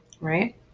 right